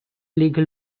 legal